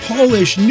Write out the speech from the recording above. Polish